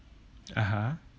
(uh huh)